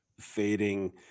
fading